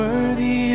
Worthy